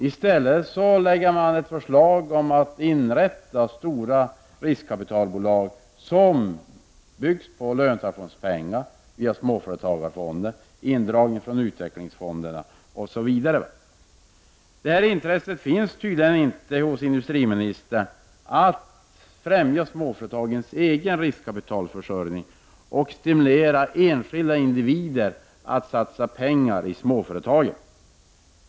I stället läggs ett förslag fram om att inrätta stora riskkapitalbolag, vilka byggs på löntagarfondspengar, pengar via småföretagsfonder, indragningar från utvecklingsfonderna osv. Det finns tydligen inget intresse hos industriministern för att främja småföretagens egen riskkapitalförsörjning eller att stimulera enskilda individer att satsa pengar i småföretagen.